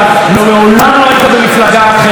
מעולם לא היית במפלגה אחרת,